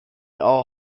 all